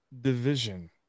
division